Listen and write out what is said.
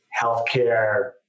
healthcare